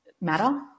matter